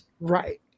right